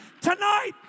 Tonight